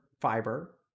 fiber